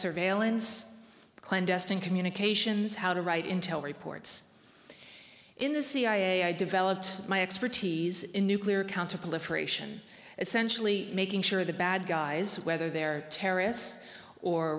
surveillance clandestine communications how to write intel reports in the cia i developed my expertise in nuclear counter proliferation essentially making sure the bad guys whether they're terrorists or